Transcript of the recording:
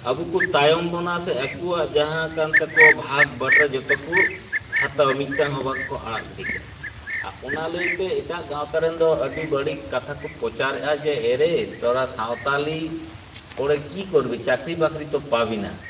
ᱟᱵᱚ ᱠᱚ ᱛᱟᱭᱚᱢ ᱵᱚᱱᱟ ᱥᱮ ᱟᱠᱚᱣᱟᱜ ᱡᱟᱦᱟᱸ ᱠᱟᱱᱛᱟᱠᱚᱣᱟ ᱵᱷᱟᱜᱽ ᱵᱟᱴᱨᱟ ᱡᱚᱛᱚᱠᱚ ᱦᱟᱛᱟᱣᱟ ᱢᱤᱫᱴᱟᱝ ᱦᱚᱸ ᱵᱟᱝᱠᱚ ᱟᱲᱟᱜ ᱜᱤᱰᱤᱠᱟᱜᱼᱟ ᱟᱨ ᱚᱱᱟ ᱞᱟᱹᱭᱛᱮ ᱮᱴᱟᱜ ᱜᱟᱶᱛᱟᱨᱮᱱ ᱫᱚ ᱟᱹᱰᱤ ᱵᱟᱹᱲᱤᱡ ᱠᱟᱛᱷᱟ ᱠᱚ ᱯᱚᱪᱟᱨᱮᱫᱼᱟ ᱡᱮ ᱮᱨᱮ ᱛᱚᱨᱟ ᱥᱟᱶᱛᱟᱞᱤ ᱯᱚᱲᱮ ᱠᱤ ᱠᱚᱨᱵᱤ ᱪᱟᱠᱨᱤ ᱵᱟᱠᱨᱤ ᱛᱚ ᱯᱟᱵᱤᱱᱟ